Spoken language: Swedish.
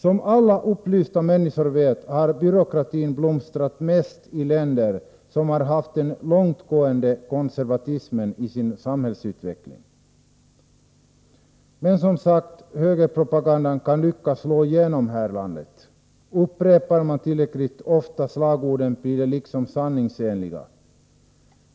Som alla upplysta människor vet har byråkratin blomstrat mest i länder som har haft en långtgående konservatism i sin samhällsutveckling. Som sagt kan högerpropagandan lyckas slå igenom här i landet. Upprepar man tillräckligt ofta slagorden, blir de liksom sanningsenliga.